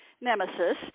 nemesis